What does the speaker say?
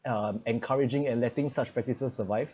um encouraging and letting such practices survived